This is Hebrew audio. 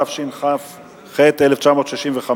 התשכ"ח 1965,